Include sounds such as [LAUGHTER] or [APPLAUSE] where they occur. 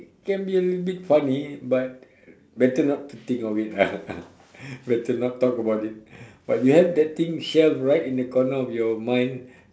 can be a little bit funny but better not to think of it ah [LAUGHS] better not talk about it but you have that thing shelved right in the corner of your mind